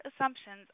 assumptions